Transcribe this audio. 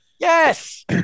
Yes